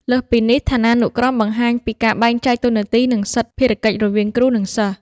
លើសពីនេះឋានានុក្រមបង្ហាញពីការបែងចែកតួនាទី និងសិទិ្ធភារកិច្ចរវាងគ្រូ និងសិស្ស។